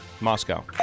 Moscow